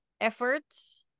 efforts